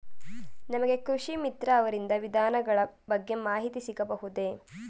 ನಮಗೆ ಕೃಷಿ ಮಿತ್ರ ಅವರಿಂದ ವಿಧಾನಗಳ ಬಗ್ಗೆ ಮಾಹಿತಿ ಸಿಗಬಹುದೇ?